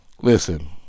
Listen